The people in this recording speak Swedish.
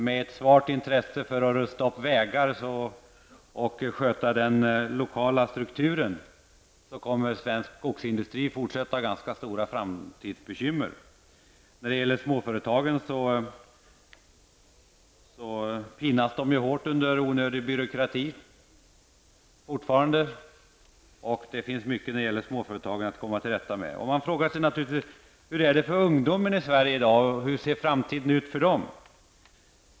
Med ett svalt intresse för att rusta upp vägar och sköta den lokala strukturen kommer svensk skogsindustri att fortsätta att ha ganska stora bekymmer. Småföretagen pinas fortfarande hårt under onödig byråkrati. Det finns mycket att komma till rätta med när det gäller småföretagen. Och man frågar sig naturligtvis: Hur är det för ungdomarna i Sverige och hur ser framtiden ut för dem?